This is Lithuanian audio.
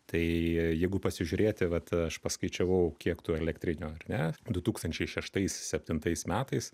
tai jeigu pasižiūrėti vat aš paskaičiavau kiek tų elektrinių ar ne du tūkstančiai šeštais septintais metais